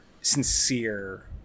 sincere